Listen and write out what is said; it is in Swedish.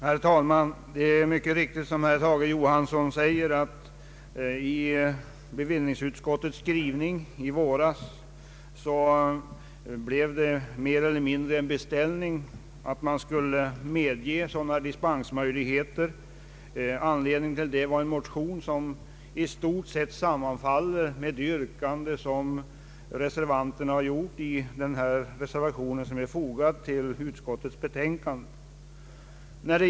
Herr talman! Som herr Tage Johansson mycket riktigt sade, gjorde bevill ningsutskottet i våras mer eller mindre en beställning rörande dispensmöjligheten. Anledningen till det var en motion vars yrkande i stort sett sammanfaller med yrkandet i den reservation som är fogad till utskottets nu föreliggande betänkande.